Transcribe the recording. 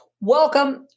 welcome